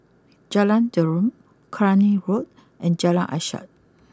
Jalan Derum Cluny Road and Jalan Ishak